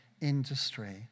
industry